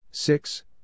Six